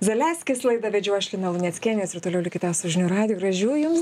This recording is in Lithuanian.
zaleskis laidą vedžiau aš lina luneckienė jūs ir toliau likite su žinių radijui gražių jums